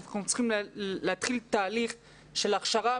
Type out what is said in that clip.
אנחנו צריכים להתחיל תהליך של הכשרה.